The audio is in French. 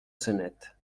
sonnette